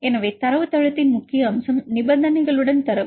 எனவே தரவுத்தளத்தின் முக்கிய அம்சம் நிபந்தனைகளுடன் தரவு